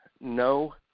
no